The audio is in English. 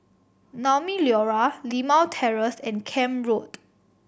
Naumi Liora Limau Terrace and Camp Road